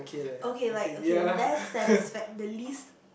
okay like okay less satisfact~ the least